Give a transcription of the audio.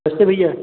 नमस्ते भैया